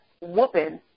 whooping